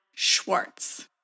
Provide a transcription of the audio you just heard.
Schwartz